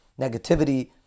negativity